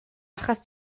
achos